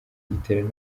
giterane